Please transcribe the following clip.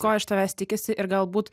ko iš tavęs tikisi ir galbūt